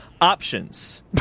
Options